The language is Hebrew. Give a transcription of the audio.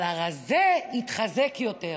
אבל הרזה התחזק יותר.